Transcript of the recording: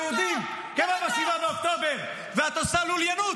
מפחדים מוועדת חקירה ממלכתית?